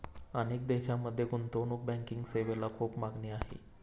अनेक देशांमध्ये गुंतवणूक बँकिंग सेवेला खूप मागणी आहे